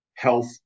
health